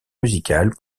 musicale